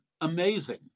amazing